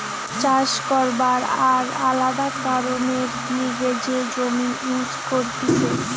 চাষ করবার আর আলাদা কারণের লিগে যে জমি ইউজ করতিছে